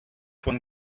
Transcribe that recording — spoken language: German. von